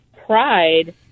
pride